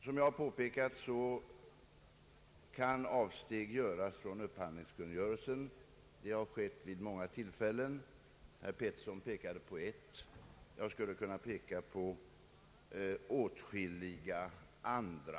Som jag påpekat kan avsteg göras från upphandlingskungörelsen. Så har skett vid många tillfällen — herr Pettersson pekade på ett och jag skulle kunna nämna åtskilliga andra.